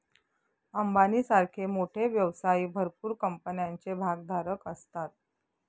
अंबानी सारखे मोठे व्यवसायी भरपूर कंपन्यांचे भागधारक असतात